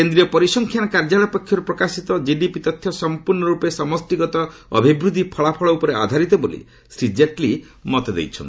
କେନ୍ଦ୍ରୀୟ ପରିସଂଖ୍ୟାନ କାର୍ଯ୍ୟାଳୟ ପକ୍ଷରୁ ପ୍ରକାଶିତ କିଡିପି ତଥ୍ୟ ସମ୍ପର୍ଣ୍ଣ ରୂପେ ସମଷ୍ଠିଗତ ଅଭିବୃଦ୍ଧି ଫଳାଫଳ ଉପରେ ଆଧାରିତ ବୋଲି ଶ୍ରୀ ଜେଟଲୀ ମତ ଦେଇଛନ୍ତି